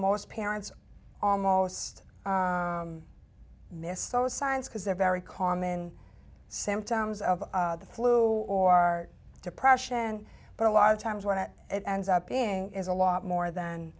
most parents almost missed so science because they're very common symptoms of the flu or depression but a lot of times when it it ends up being is a lot more than